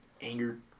angered